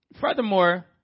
Furthermore